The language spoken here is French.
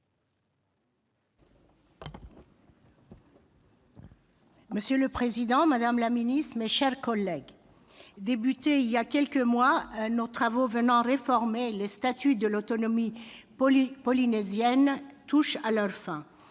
Monsieur le président, madame la ministre, mes chers collègues, débutés il y a quelques mois, nos travaux visant à réformer le statut d'autonomie de la Polynésie française touchent à leur fin.